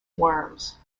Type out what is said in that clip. worms